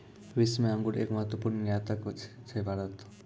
विश्व मॅ अंगूर के एक महत्वपूर्ण निर्यातक छै भारत